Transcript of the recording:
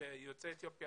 שיוצאי אתיופיה